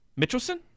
Mitchelson